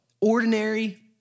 ordinary